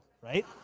right